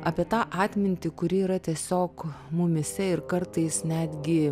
apie tą atmintį kuri yra tiesiog mumyse ir kartais netgi